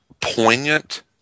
poignant